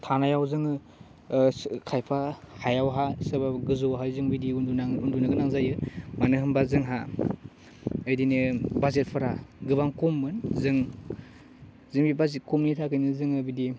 थानायाव जोङो खायफा हायावहा सोरबा गोजौवावहाय जों बिदि उन्दुनाङो उन्दुनो गोनां जायो मानो होनबा जोंहा इदिनो बाजेटफोरा गोबां खममोन जों जों बे बाडजेट खमनि थाखायनो जोङो बिदि